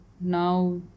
now